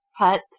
put